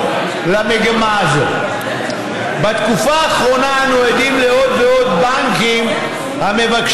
הרבה פעמים עומדים כאן מעל הדוכן ואומרים